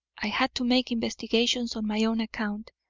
i had to make investigations on my own account,